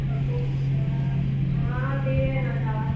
हाँ दिए हैं दवाई